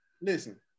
Listen